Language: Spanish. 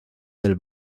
del